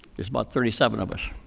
there's about thirty seven of us.